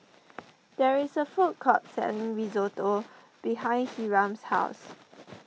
there is a food court selling Risotto behind Hiram's house